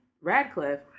Radcliffe